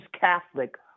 Catholic